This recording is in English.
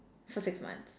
for six months